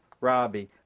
Robbie